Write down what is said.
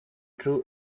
true